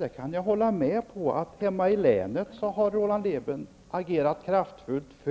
Jag kan hålla med om att han hemma i länet agerat kraftfullt,